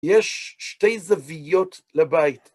יש שתי זוויות לבית.